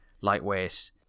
lightweight